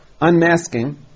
unmasking